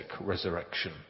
resurrection